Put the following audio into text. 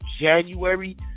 January